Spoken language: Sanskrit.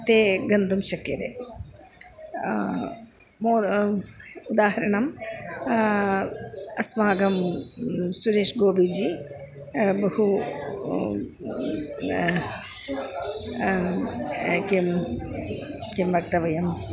ते गन्तुं शक्यते मोद उदाहरणम् अस्माकं सुरेशगोबिजि बहु किं किं वक्तव्यम्